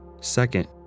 Second